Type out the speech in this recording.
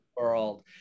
world